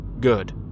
Good